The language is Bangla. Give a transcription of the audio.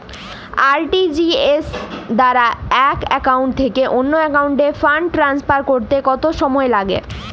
আর.টি.জি.এস দ্বারা এক একাউন্ট থেকে অন্য একাউন্টে ফান্ড ট্রান্সফার করতে কত সময় লাগে?